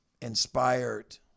inspired